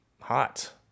hot